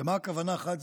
למה הכוונה חד-צדדי?